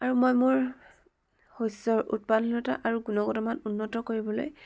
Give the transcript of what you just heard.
আৰু মই মোৰ শস্যৰ উৎপাদনশীলতা আৰু গুণগত মান উন্নত কৰিবলৈ